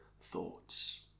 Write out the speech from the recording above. thoughts